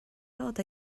dod